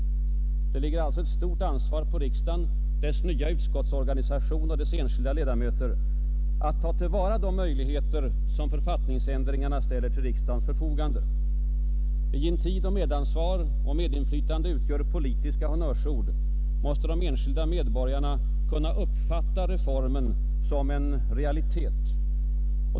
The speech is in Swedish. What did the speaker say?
Det ligger alltså ett stort ansvar på riksdagen, dess nya utskottsorganisation och dess enskilda ledamöter, när det gäller att ta till vara de möjligheter som författningsändringarna ställer till riksdagens förfogande. I en tid då medansvar och medinflytande utgör politiska honnörsord, måste de enskilda medborgarna kunna uppfatta reformen som en realitet.